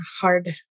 hard